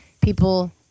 people